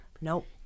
Nope